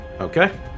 Okay